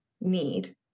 need